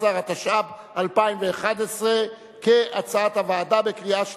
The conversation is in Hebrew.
14), התשע"ב 2012, כהצעת הוועדה, בקריאה שלישית.